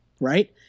right